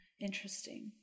Interesting